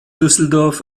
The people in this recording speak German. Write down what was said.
düsseldorf